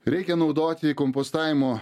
reikia naudoti kompostavimo